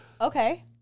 Okay